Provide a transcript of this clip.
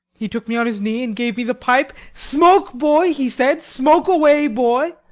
he took me on his knee, and gave me the pipe. smoke, boy, he said smoke away, boy!